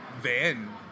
van